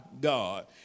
God